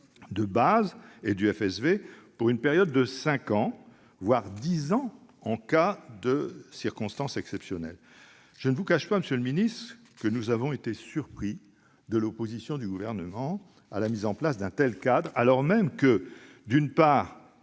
de base et du FSV par périodes de cinq ans, voire dix ans en cas de circonstances exceptionnelles. Je ne vous cache pas, monsieur le ministre, que nous avons été surpris de l'opposition du Gouvernement à l'instauration d'un tel cadre, alors même que notre